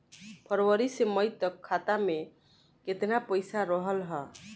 फरवरी से मई तक खाता में केतना पईसा रहल ह?